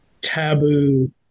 taboo